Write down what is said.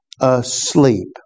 asleep